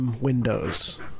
windows